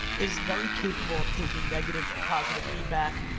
is very capable of taking negative and positive feedback,